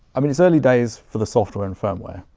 i mean it's early days for the software and firmware.